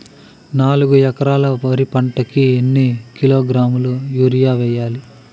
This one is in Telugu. నాలుగు ఎకరాలు వరి పంటకి ఎన్ని కిలోగ్రాముల యూరియ వేయాలి?